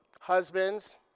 husbands